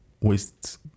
waste